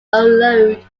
unload